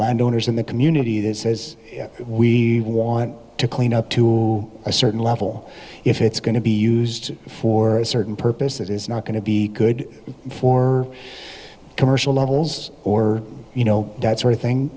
landowners in the community that says we want to clean up to a certain level if it's going to be used for certain purposes it's not going to be good for commercial levels or you know that sort of thing